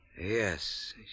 Yes